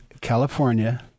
California